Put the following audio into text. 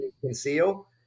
conceal